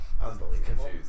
Unbelievable